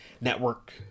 network